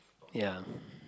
ya